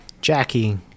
jackie